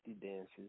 dances